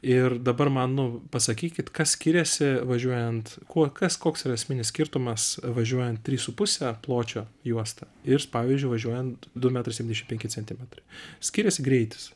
ir dabar man nu pasakykit kas skiriasi važiuojant kuo kas koks yra esminis skirtumas važiuojant trys su puse pločio juosta ir pavyzdžiui važiuojant du metrai septyniasdešim penki centimetrai skiriasi greitis